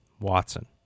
Watson